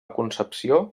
concepció